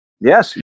Yes